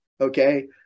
Okay